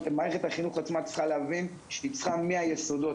מערכת החינוך עצמה צריכה להבין שהיא צריכה מהיסודות.